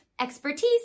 expertise